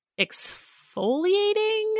exfoliating